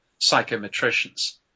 psychometricians